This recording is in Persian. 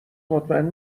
مطمئن